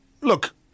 look